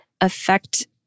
affect